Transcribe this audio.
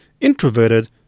introverted